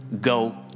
go